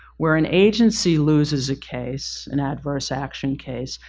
where an agency loses a case, an adverse action case,